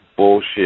bullshit